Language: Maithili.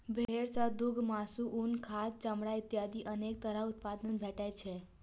भेड़ सं दूघ, मासु, उन, खाद, चमड़ा इत्यादि अनेक तरह उत्पाद भेटै छै